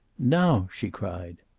now! she cried.